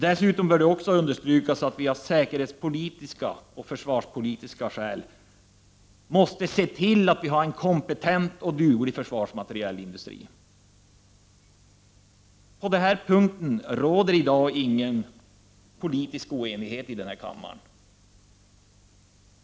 Dessutom bör understrykas att vi av säkerhetspolitiska och försvarspolitiska skäl måste se till att vi har en kompetent och duglig försvarsmaterielindustri. På den punkten råder i dag ingen oenighet här i kammaren.